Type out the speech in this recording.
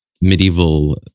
medieval